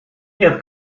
нету